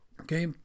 okay